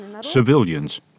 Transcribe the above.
civilians